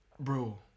Bro